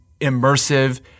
immersive